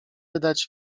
wydać